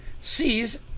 sees